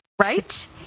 Right